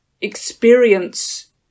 experience